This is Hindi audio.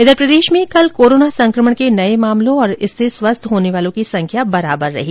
इधर प्रदेश में कल कोरोना संकमण के नए मामलों और इससे स्वस्थ होने वालों की संख्या बराबर रही